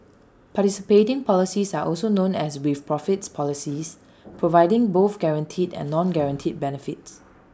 participating policies are also known as with profits policies providing both guaranteed and non guaranteed benefits